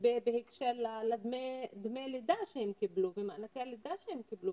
בהקשר לדמי הלידה שהם קיבלו ומענקי הלידה שהם קיבלו,